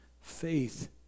Faith